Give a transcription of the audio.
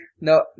No